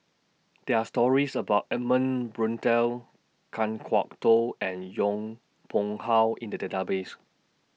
There Are stories about Edmund Blundell Kan Kwok Toh and Yong Pung How in The Database